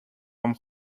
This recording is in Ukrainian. вам